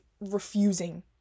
refusing